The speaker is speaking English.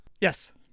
Yes